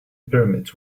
pyramids